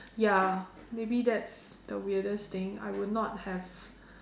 ya maybe that's the weirdest thing I would not have